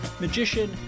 magician